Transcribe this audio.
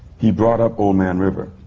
he brought up old man river.